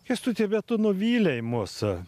kęstuti bet tu nuvylei mus